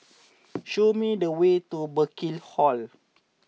show me the way to Burkill Hall